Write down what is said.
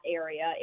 area